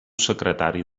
secretari